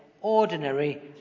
ordinary